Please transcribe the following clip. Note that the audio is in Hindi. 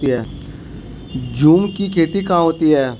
झूम की खेती कहाँ होती है?